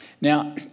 Now